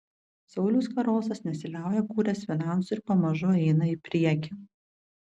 saulius karosas nesiliauja kūręs finansų ir pamažu eina į priekį